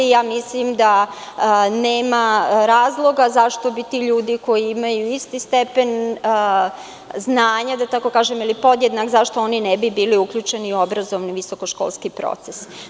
Mislim da nema razloga zašto ti ljudi, koji imaju isti stepen znanja, da tako kažem, ili podjednak, ne bi bili uključeni u obrazovni visokoškolski proces.